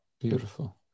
beautiful